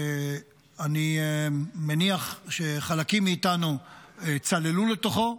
אני מניח שחלקים מאיתנו צללו לתוכו.